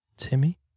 Timmy